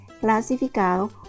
clasificado